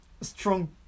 strong